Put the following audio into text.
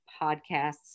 podcasts